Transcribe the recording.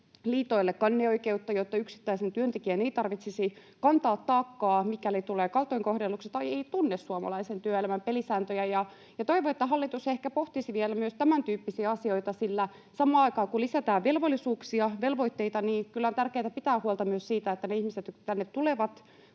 ammattiliitoille kanneoikeutta, jotta yksittäisen työntekijän ei tarvitsisi kantaa taakkaa, mikäli tulee kaltoin kohdelluksi tai ei tunne suomalaisen työelämän pelisääntöjä. Toivon, että hallitus ehkä pohtisi vielä myös tämäntyyppisiä asioita, sillä samaan aikaan, kun lisätään velvollisuuksia, velvoitteita, on tärkeätä pitää huolta myös siitä, että ne ihmiset, jotka tänne tulevat,